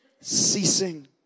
ceasing